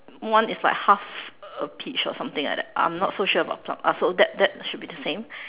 one is like half a peach or something like that I'm not so sure about plum uh so that that should be the same